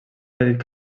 petit